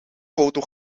foto